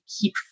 keep